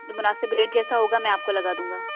جو مناسب ریٹ جیسا ہوگا میں آپ کو لگا دوں گا